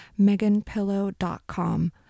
meganpillow.com